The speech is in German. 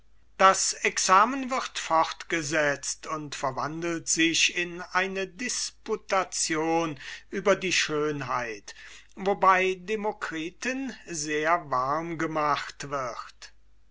das examen wird fortgesetzt und verwandelt sich in eine disputation über die schönheit wobei dem demokritus sehr warm gemacht wird